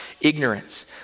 ignorance